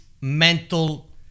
mental